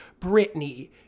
Britney